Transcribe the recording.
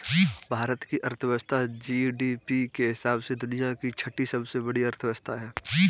भारत की अर्थव्यवस्था जी.डी.पी के हिसाब से दुनिया की छठी सबसे बड़ी अर्थव्यवस्था है